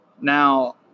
Now